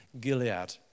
Gilead